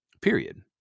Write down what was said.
period